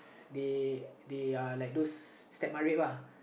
they they are like those step mat rep ah